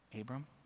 Abram